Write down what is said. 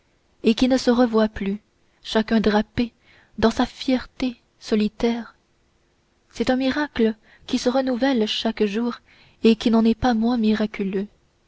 et ne se revoient plus chacun drapé dans sa fierté solitaire c'est un miracle qui se renouvelle chaque jour et qui n'en est pas moins miraculeux